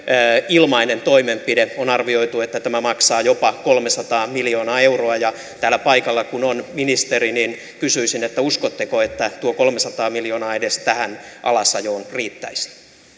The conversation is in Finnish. ilmainen toimenpide on arvioitu että tämä maksaa jopa kolmesataa miljoonaa euroa ja täällä paikalla kun on ministeri niin kysyisin uskotteko että tuo kolmesataa miljoonaa edes tähän alasajoon riittäisi